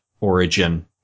origin